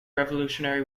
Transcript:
revolutionary